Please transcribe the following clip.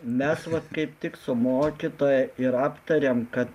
mes vat kaip tik su mokytoja ir aptarėm kad